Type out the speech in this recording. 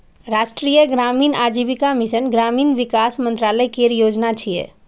राष्ट्रीय ग्रामीण आजीविका मिशन ग्रामीण विकास मंत्रालय केर योजना छियै